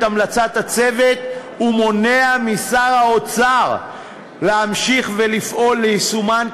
המלצת הצוות ומונע משר האוצר להמשיך לפעול ליישומן,